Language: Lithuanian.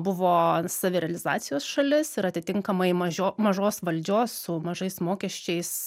buvo savirealizacijos šalis ir atitinkamai mažio mažos valdžios su mažais mokesčiais